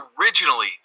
originally